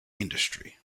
industry